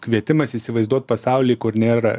kvietimas įsivaizduot pasaulį kur nėra